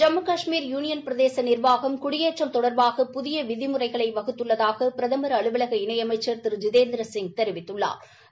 Jammu Kashmir union பிரதேச நிர்வாகம் குடியேற்றம் தொடர்பாக புதிய விதிமுறைகளை வகுத்துள்ளதாக பிரதமா் அலுவலக இணை அமைச்சா் திரு ஜிதேந்திரசிங் தெரிவித்துள்ளாா்